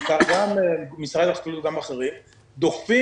גם משרד החקלאות וגם אחרים דוחפים